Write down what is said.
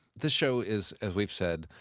this show is, as we've said,